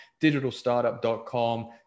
digitalstartup.com